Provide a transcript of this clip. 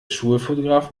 schulfotograf